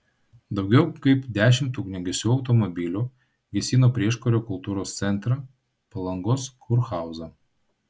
daugiau kaip dešimt ugniagesių automobilių gesino prieškario kultūros centrą palangos kurhauzą